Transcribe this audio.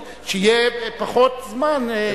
שיהיה פחות זמן.